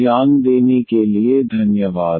ध्यान देने के लिए धन्यवाद